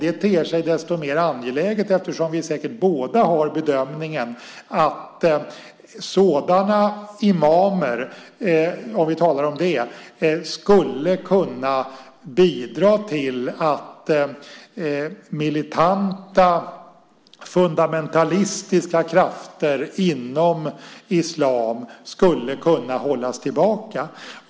Det ter sig desto mer angeläget eftersom vi säkert båda gör bedömningen att sådana imamer - om vi nu talar om dem - skulle kunna bidra till att militanta, fundamentalistiska krafter inom islam hölls tillbaka.